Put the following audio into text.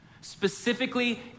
specifically